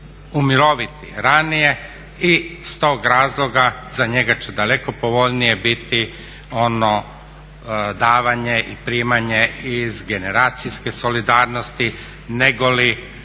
umiroviti ranije i iz tog razloga za njega će daleko povoljnije biti ono davanje i primanje iz generacijske solidarnosti negoli